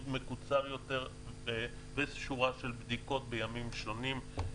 מקוצר יותר ושורה של בדיקות בימים שונים.